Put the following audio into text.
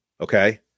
Okay